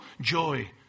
joy